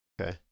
Okay